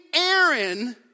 Aaron